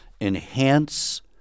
enhance